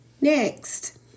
next